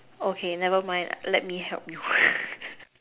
okay never mind let me help you